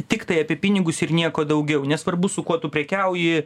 tiktai apie pinigus ir nieko daugiau nesvarbu su kuo tu prekiauji